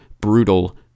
brutal